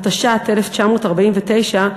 התש"ט 1949,